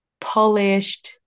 polished